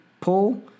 pull